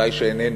אולי שאיננו.